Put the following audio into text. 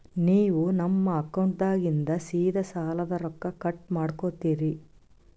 ನೀವು ನಮ್ಮ ಅಕೌಂಟದಾಗಿಂದ ಸೀದಾ ಸಾಲದ ರೊಕ್ಕ ಕಟ್ ಮಾಡ್ಕೋತೀರಿ?